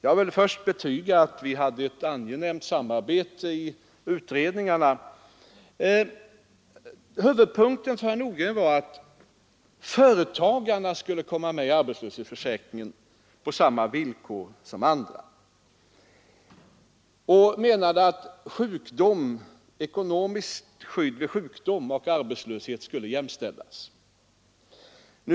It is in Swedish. Huvudpunkten i herr Nordgrens anförande var att företagarna skulle komma med i arbetslöshetsförsäkringen på samma villkor som andra. Han menade att ekonomiskt skydd vid arbetslöshet skulle jämställas med ekonomiskt skydd vid sjukdom. Jag vill först betyga att herr Nordgren och jag hade ett angenämt samarbete i utredningarna.